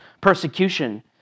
persecution